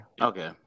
Okay